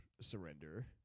surrender